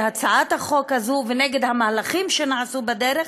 הצעת החוק הזאת ונגד המהלכים שנעשו בדרך,